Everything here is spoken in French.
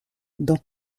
dans